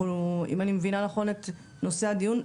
אם אני מבינה נכון את נושא הדיון,